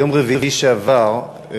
ביום רביעי שעבר,